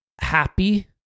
happy